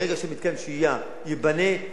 ברגע שמתקן השהייה ייבנה,